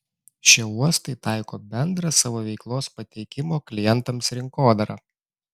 šie uostai taiko bendrą savo veiklos pateikimo klientams rinkodarą